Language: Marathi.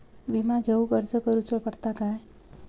विमा घेउक अर्ज करुचो पडता काय?